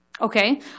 Okay